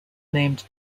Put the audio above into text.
named